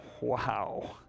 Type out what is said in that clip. Wow